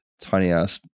tiny-ass